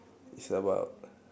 it's about